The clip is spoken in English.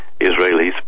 Israelis